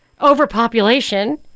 overpopulation